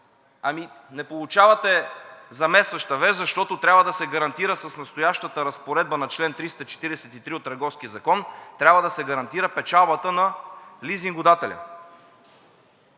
Ами, не получавате заместваща вещ, защото трябва да се гарантира с настоящата разпоредба на чл. 343 от Търговския закон печалбата на лизингодателя.